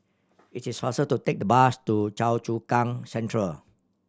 it is faster to take the bus to Choa Chu Kang Central